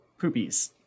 poopies